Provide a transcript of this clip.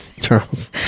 Charles